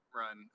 run